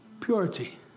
purity